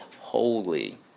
holy